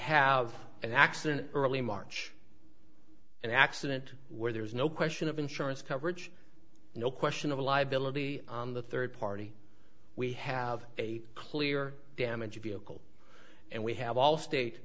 have an accident early march an accident where there is no question of insurance coverage no question of liability on the third party we have a clear damage vehicle and we have all state